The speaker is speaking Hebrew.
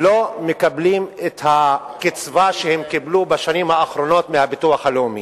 לא מקבלים את הקצבה שהם קיבלו בשנים האחרונות מהביטוח הלאומי.